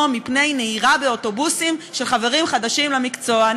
מפני נהירה באוטובוסים של חברים חדשים למקצוע.